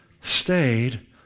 stayed